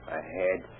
ahead